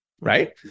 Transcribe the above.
Right